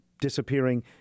disappearing